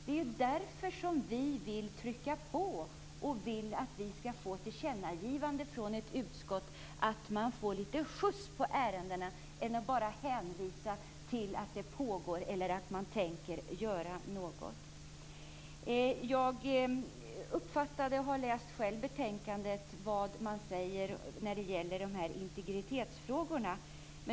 Det är därför vi vill trycka på och få ett tillkännagivande så att det blir lite skjuts på ärendena i stället för att hänvisa till att ett arbete pågår eller något annat. Jag har läst i betänkandet om integritetsfrågorna.